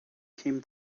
came